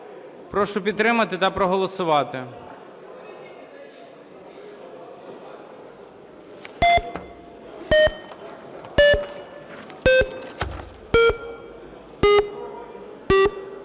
Прошу підтримати та проголосувати.